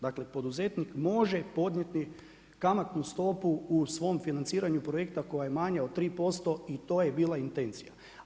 Dakle poduzetnika može podnijeti kamatnu stopu u svom financiranju projekta koja je manja od 3% i to je bila intencija.